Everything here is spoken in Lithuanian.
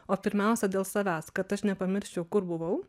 o pirmiausia dėl savęs kad aš nepamirščiau kur buvau